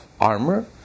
armor